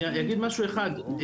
אני אגיד משהו אחד,